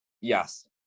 Yes